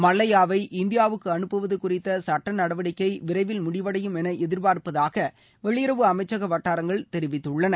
மல்லையாவை இந்தியாவுக்கு அனுப்புவது குறித்த சட்ட நடவடிக்கை விரைவில் முடிவடையும் என எதிர்பாள்ப்பதாக வெளியுறவு அமைச்சக வட்டாரங்கள் தெரிவித்தன